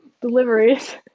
deliveries